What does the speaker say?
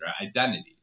identity